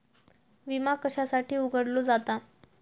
विमा कशासाठी उघडलो जाता?